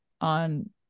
on